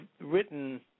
written